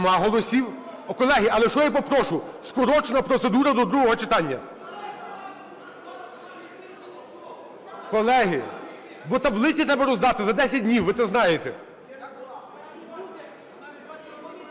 Колеги, але що я попрошу: скорочена процедура до другого читання. (Шум у залі) Колеги, бо таблиці треба роздати за 10 днів, ви це знаєте.